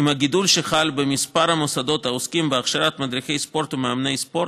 עם הגידול שחל במספר המוסדות העוסקים בהכשרת מדריכי ספורט ומאמני ספורט,